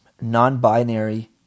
non-binary